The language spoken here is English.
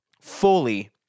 fully